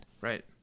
Right